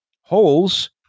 Holes